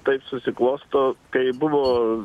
taip susiklosto kai buvo